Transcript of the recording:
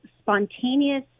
spontaneous